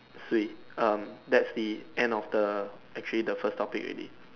Swee um that's the end of the actually the first topic already